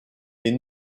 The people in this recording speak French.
est